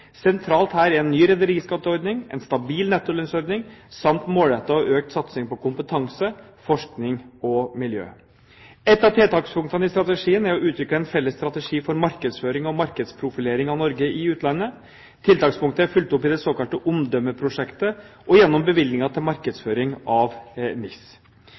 Sentralt her er en ny rederiskatteordning, en stabil nettolønnsordning, samt målrettet og økt satsing på kompetanse, forskning og miljø. Et av tiltakspunktene i strategien er å utvikle en felles strategi for markedsføring og markedsprofilering av Norge i utlandet. Tiltakspunktet er fulgt opp i det såkalte omdømmeprosjektet og gjennom bevilgninger til markedsføring av NIS.